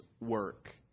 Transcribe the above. work